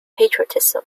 patriotism